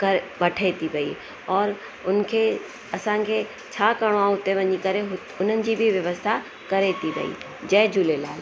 कर वठे थी पई और उनखे असांखे छा करिणो आहे उते वञी करे हुननि जी बि व्यवस्था करे थी पई जय झूलेलाल